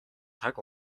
таг